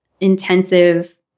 intensive